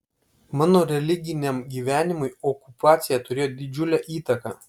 mano religiniam gyvenimui okupacija turėjo didžiulę įtaką